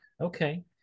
okay